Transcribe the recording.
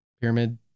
pyramid